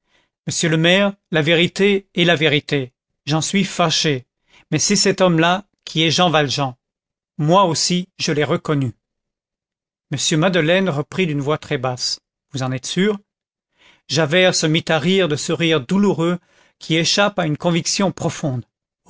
monsieur le maire la vérité est la vérité j'en suis fâché mais c'est cet homme-là qui est jean valjean moi aussi je l'ai reconnu m madeleine reprit d'une voix très basse vous êtes sûr javert se mit à rire de ce rire douloureux qui échappe à une conviction profonde